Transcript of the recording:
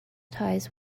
ties